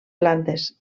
plantes